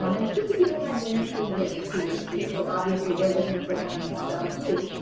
um it's good to keep in mind the interview is really a two-way street. so obviously we're looking to learn more about you,